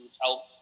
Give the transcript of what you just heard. help